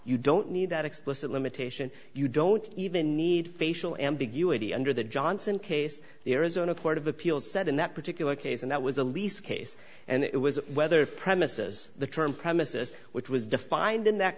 you don't need that explicit limitation you don't even need facial ambiguity under the johnson case the arizona court of appeals said in that particular case and that was the least ace and it was whether premises the term premises which was defined in that